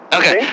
okay